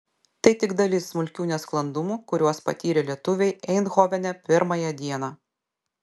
tai tik dalis smulkių nesklandumų kuriuos patyrė lietuviai eindhovene pirmąją dieną